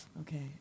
Okay